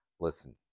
listen